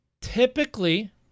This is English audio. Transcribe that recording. typically